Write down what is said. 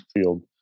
field